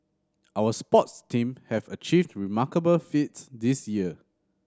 our sports team have achieved remarkable feats this year